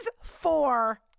four